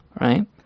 right